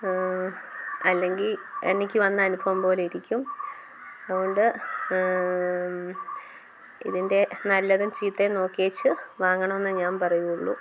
അല്ലെങ്കിൽ എനിക്ക് വന്ന അനുഭവം പോലെയിരിക്കും അതുകൊണ്ട് ഇതിൻറ്റെ നല്ലതും ചീത്തയും നോക്കിയേച്ച് വാങ്ങണമെന്നേ ഞാൻ പറയുകയുള്ളൂ